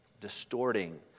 Distorting